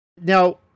Now